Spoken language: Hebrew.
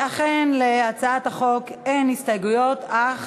אכן, להצעת החוק אין הסתייגויות, אך